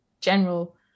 general